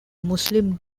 muslims